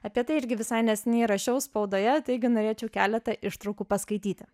apie tai irgi visai neseniai rašiau spaudoje taigi norėčiau keletą ištraukų paskaityti